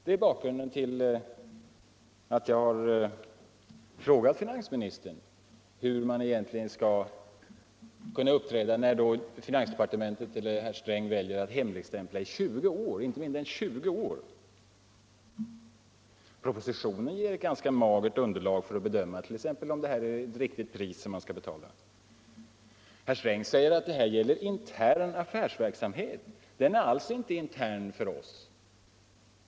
Det är bakgrunden till att jag frågat finansministern hur man egent Torsdagen den ligen skall uppträda när finansdepartementet eller herr Sträng väljer att 20 februari 1975 hemligstämpla handlingar i inte mindre än 20 år. Propositionen ger ett magert underlag för att bedöma om det är ett riktigt pris man skall betala. Om hemligstämp Herr Sträng säger att det här gäller intern affärsverksamhet. Den är lande av handlingar alls inte intern för oss.